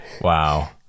wow